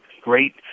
great